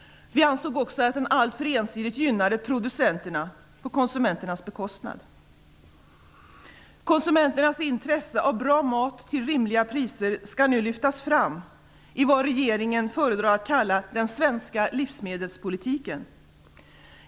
Vi ansåg också att denna anpassning alltför ensidigt gynnade producenterna på konsumenternas bekostnad. Konsumenternas intresse av bra mat till rimliga priser skall nu lyftas fram i vad regeringen föredrar att kalla den svenska livsmedelspolitiken.